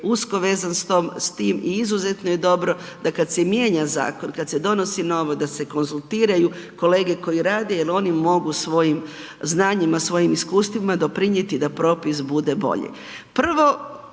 usko vezan s tom, s tim i izuzetno je dobro da kad se mijenja zakon, kad se donosi novo, da se konzultiraju kolege koji rade jel oni mogu svojim znanjima, svojim iskustvima, doprinijeti da propis bude bolji.